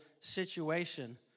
situation